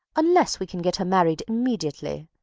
unless we can get her married immediately.